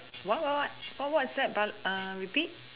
what what what what what is that but repeat